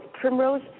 Primrose